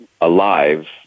alive